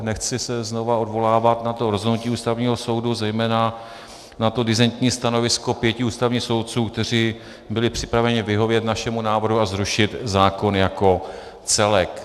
Nechci se znova odvolávat na to rozhodnutí Ústavního soudu, zejména na to disentní stanovisko pěti ústavních soudců, kteří byli připraveni vyhovět našemu návrhu a zrušit zákon jako celek.